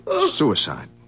Suicide